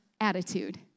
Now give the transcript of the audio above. attitude